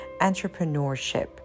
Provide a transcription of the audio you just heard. entrepreneurship